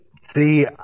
See